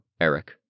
Eric